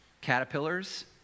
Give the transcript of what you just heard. caterpillars